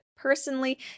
personally